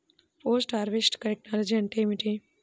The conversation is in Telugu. పోస్ట్ హార్వెస్ట్ టెక్నాలజీ అంటే ఏమిటి?